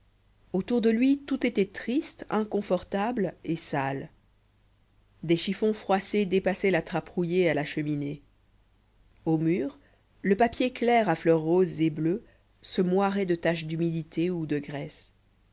autour de lui tout était triste inconfortable et sale des chiffons froissés dépassaient la trappe rouillée à la cheminée aux murs le papier clair à fleurs rosés et bleues se moirait de taches d'humidité ou de graisse